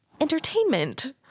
entertainment